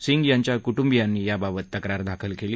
सिंग यांच्या कुटुंबियांनी याबाबत तक्रार दाखल केली